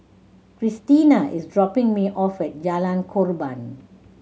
Christiana is dropping me off at Jalan Korban